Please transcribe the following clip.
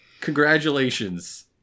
Congratulations